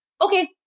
okay